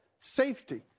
safety